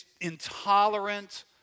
intolerant